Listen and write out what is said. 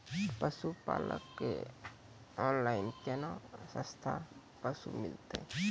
पशुपालक कऽ ऑनलाइन केना सस्ता पसु मिलतै?